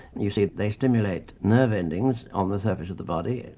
you see, they stimulate nerve endings on the surface of the body,